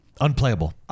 Unplayable